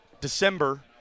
December